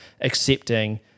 accepting